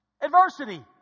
Adversity